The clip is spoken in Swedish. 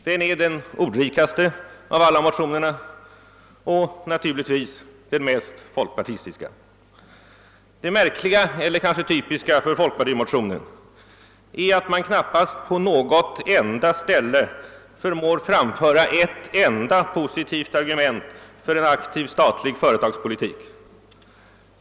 Den är den ordrikaste av alla motionerna och, naturligtvis, den mest folkpartistiska. Det märkliga — eller kanske typiska — för folkpartimotionen är att man knappast på något enda ställe förmår framföra ett enda positivt argument för en aktiv statlig företagspolitik.